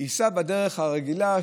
הוא ייסע בדרך הרגילה,